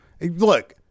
Look